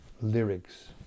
lyrics